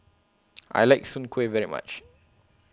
I like Soon Kuih very much